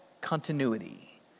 continuity